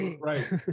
right